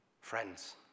Friends